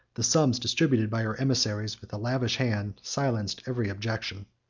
the sums distributed by her emissaries with a lavish hand silenced every objection,